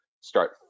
start